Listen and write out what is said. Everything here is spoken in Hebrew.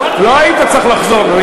לא היית צריך לחזור,